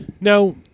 Now